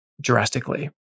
drastically